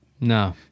No